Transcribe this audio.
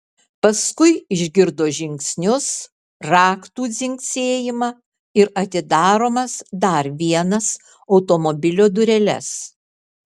paskui išgirdo žingsnius raktų dzingsėjimą ir atidaromas dar vienas automobilio dureles